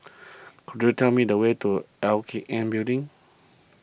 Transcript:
could you tell me the way to L K N Building